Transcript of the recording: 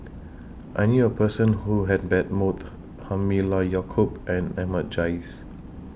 I knew A Person Who had bet Both Halimah Yacob and Ahmad Jais